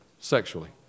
sexually